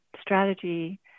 strategy